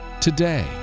today